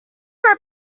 right